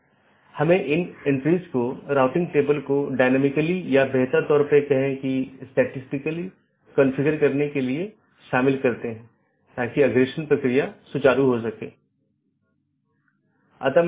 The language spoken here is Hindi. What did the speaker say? इसलिए हम बाद के व्याख्यान में इस कंप्यूटर नेटवर्क और इंटरनेट प्रोटोकॉल पर अपनी चर्चा जारी रखेंगे